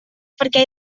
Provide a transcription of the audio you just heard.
perquè